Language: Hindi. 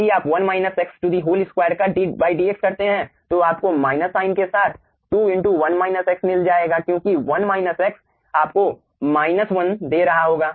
यदि आप 1 माइनस x2 का d dx करते हैं तो आपको माइनस साइन के साथ 2 1 माइनस x मिल जाएगा क्योंकि 1 माइनस x आपको माइनस 1 दे रहा होगा